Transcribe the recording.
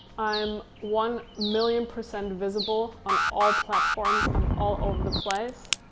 i'm one million percent visible on all platforms. i'm all over the place.